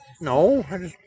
no